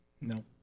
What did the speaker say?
No